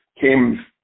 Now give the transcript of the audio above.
came